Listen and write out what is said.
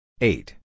Eight